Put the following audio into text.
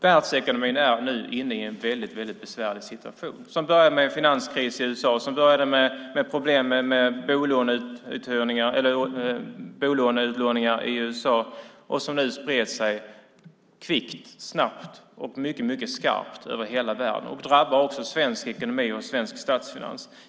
Världsekonomin är nu inne i en väldigt besvärlig situation. Det började med en finanskris i USA, med problemen med bolån, och sedan spred den sig snabbt och mycket skarpt över hela världen. Det drabbade också svensk ekonomi och svenska statsfinanser.